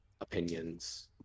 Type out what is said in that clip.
opinions